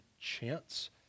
chance